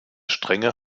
strenge